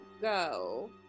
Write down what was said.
go